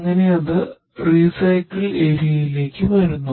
അങ്ങനെ അത് റീസൈക്കിൾ ഏരിയയിലേക്ക് വരുന്നു